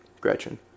Gretchen